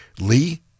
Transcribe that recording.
Lee